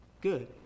Good